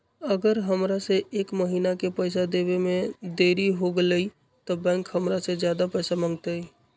अगर हमरा से एक महीना के पैसा देवे में देरी होगलइ तब बैंक हमरा से ज्यादा पैसा मंगतइ?